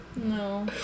No